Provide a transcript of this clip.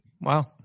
Wow